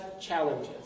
challenges